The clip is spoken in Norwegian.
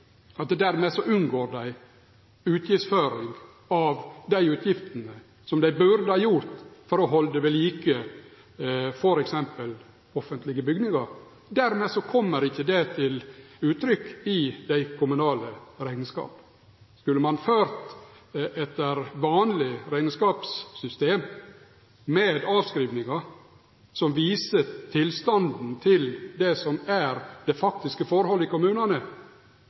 at dei unngår utgiftsføring av dei midlane dei burde ha brukt for å halde ved like f.eks. offentlege bygningar. Dermed kjem ikkje det til uttrykk i dei kommunale rekneskapane. Skulle ein ført etter vanleg rekneskapssystem, med avskrivingar som viser tilstanden og det faktiske forholdet i kommunane, ville resultata vore dramatisk dårlege og vist store underskot i kommunane.